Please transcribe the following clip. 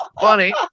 funny